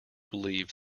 believe